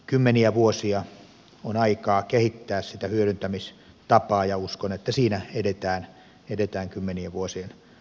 kymmeniä vuosia on aikaa kehittää sitä hyödyntämistapaa ja uskon että siinä edetään kymmenien vuosien aikana